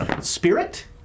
spirit